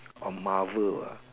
or Marvel uh